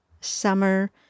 summer